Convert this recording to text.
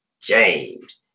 James